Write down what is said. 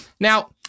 Now